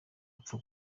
apfa